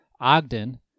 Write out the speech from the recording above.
Ogden